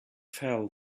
fell